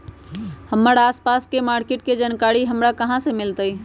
हमर आसपास के मार्किट के जानकारी हमरा कहाँ से मिताई?